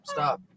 Stop